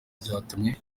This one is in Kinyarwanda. byatumye